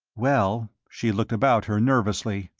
well, she looked about her nervously,